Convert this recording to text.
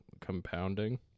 compounding